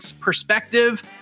perspective